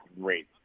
great